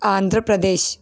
Andhra Pradesh